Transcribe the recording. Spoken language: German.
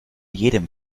jedem